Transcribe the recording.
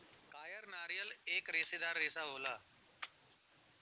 कायर नारियल एक रेसेदार रेसा होला